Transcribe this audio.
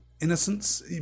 innocence